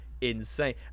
insane